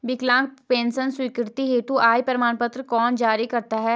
विकलांग पेंशन स्वीकृति हेतु आय प्रमाण पत्र कौन जारी करता है?